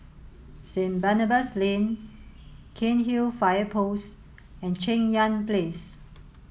Saint Barnabas Lane Cairnhill Fire Post and Cheng Yan Place